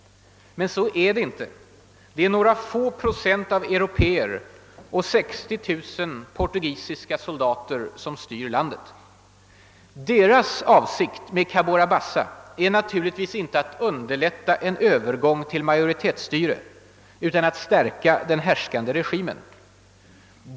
Men så är det inte. Det är några få procent av européer och 60 000 portugisiska soldater som styr landet. Deras avsikt med Cabora Bassa är naturligtvis inte att underlätta en övergång till majoritetsstyre utan att stärka den härskande regimen.